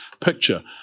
picture